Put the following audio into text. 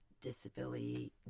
disability